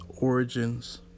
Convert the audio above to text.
origins